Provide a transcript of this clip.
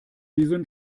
diesen